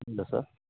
ಹೌದ ಸರ್